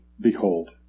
Behold